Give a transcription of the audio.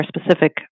specific